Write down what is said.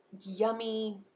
yummy